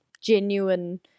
genuine